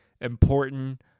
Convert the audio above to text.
important